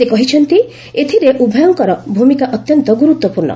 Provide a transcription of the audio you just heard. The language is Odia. ସେ କହିଛନ୍ତି ଏଥିରେ ଉଭୟଙ୍କର ଭୂମିକା ଅତ୍ୟନ୍ତ ଗୁରୁତ୍ୱପୂର୍୍ଣ